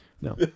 No